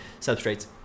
substrates